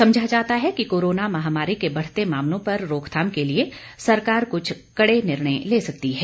समझा जाता है कि कोरोना महामारी के बढ़ते मामलों पर रोकथाम के लिए सरकार कुछ कड़े निर्णय ले सकती है